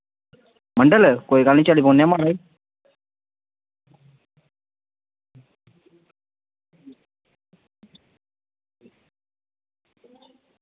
मंडल कोई गल्ल निं म्हाराज चली पौने आं म्हाराज